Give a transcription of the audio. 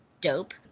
Dope